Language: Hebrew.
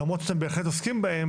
למרות שאתם בהחלט עוסקים בהם,